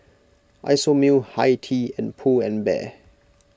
Isomil Hi Tea and Pull and Bear